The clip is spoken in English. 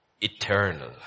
eternal